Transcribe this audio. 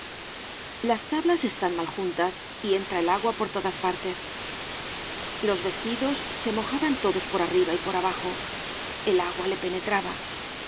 las tablas están mal juntas y entra el agua por todas partes los vestidos se mojaban todos por arriba y por abajo el agua le penetraba